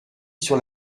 sur